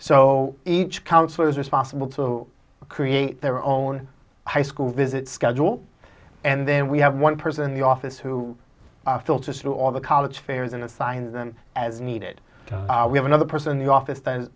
so each councillor's responsible to create their own high school visit schedule and then we have one person in the office who filters through all the college fairs and assign them as needed we have another person the office th